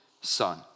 son